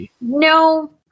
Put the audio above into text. No